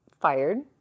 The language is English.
fired